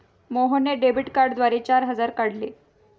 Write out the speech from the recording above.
मोहनने डेबिट कार्डद्वारे चार हजार काढले